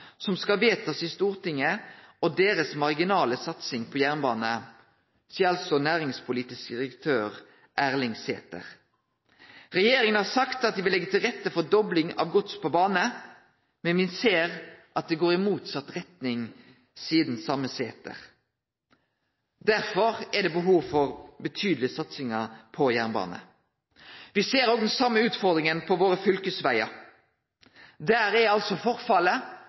som skal vedtas i Stortinget og deres marginale satsing på jernbane». Det seier næringspolitisk direktør, Erling Sæther. «Regjeringen har sagt at de vil legge til rette for dobling av gods på bane, men vi ser at det går i motsatt retning», seier den same Sæther. Derfor er det behov for betydeleg satsing på jernbane. Me ser òg den same utfordringa på fylkesvegane våre. Der er forfallet